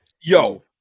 Yo